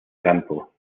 campo